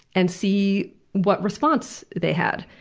and see what response they had.